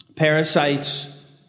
Parasites